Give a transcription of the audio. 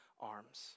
arms